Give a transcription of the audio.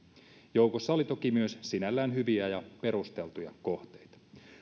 joukossa oli toki myös sinällään hyviä ja perusteltuja kohteita